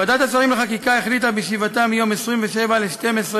ועדת השרים לחקיקה החליטה בישיבתה ביום 27 בדצמבר